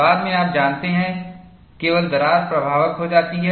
बाद में आप जानते हैं केवल दरार प्रभावक हो जाती है